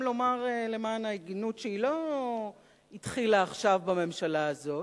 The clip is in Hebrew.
למען ההגינות שהמדיניות הזאת לא החלה עכשיו ולאו דווקא בממשלה הזאת,